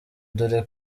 dore